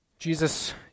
Jesus